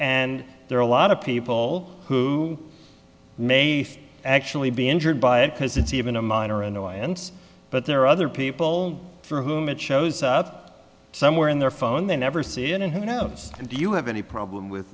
and there are a lot of people who may actually be injured by it because it's even a minor annoyance but there are other people for whom it shows up somewhere in their phone they never see in and who knows do you have any problem with